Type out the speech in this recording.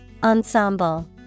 Ensemble